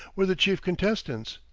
were the chief contestants.